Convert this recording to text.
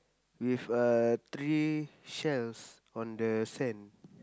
with a three shells on the sand